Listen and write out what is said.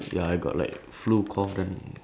then trapped all the way I think no not